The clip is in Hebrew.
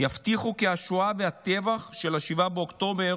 יבטיחו כי השואה והטבח של 7 באוקטובר